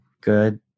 good